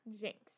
Jinx